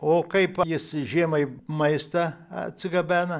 o kaip jis žiemai maistą atsigabena